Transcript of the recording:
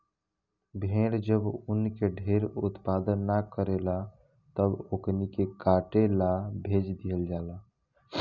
भेड़ जब ऊन के ढेर उत्पादन न करेले तब ओकनी के काटे ला भेज दीहल जाला